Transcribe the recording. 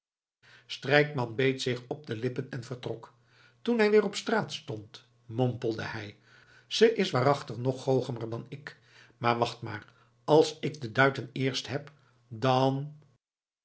strijkman beet zich op de lippen en vertrok toen hij weer op straat stond mompelde hij ze is waarachtig nog goochemer dan ik maar wacht maar als ik de duiten eerst heb dan